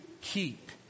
keep